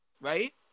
right